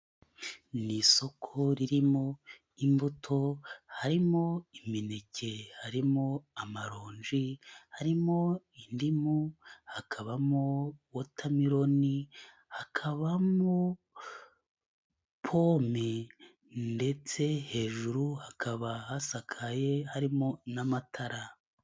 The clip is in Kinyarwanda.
Mu isoko ririmo imbuto, harimo imineke, harimo amaronji, harimo indimu ,hakabamo watameloni, hakabamo pome ndetse hejuru hakaba hasakaye, harimo n'amatara.